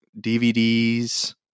DVDs